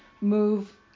move